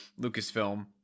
Lucasfilm